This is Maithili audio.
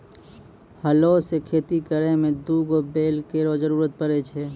हलो सें खेती करै में दू गो बैल केरो जरूरत पड़ै छै